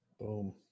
Boom